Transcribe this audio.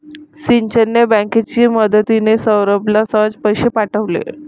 सचिनने बँकेची मदतिने, सौरभला सहज पैसे पाठवले